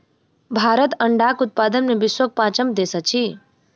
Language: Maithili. भारत अंडाक उत्पादन मे विश्वक पाँचम देश अछि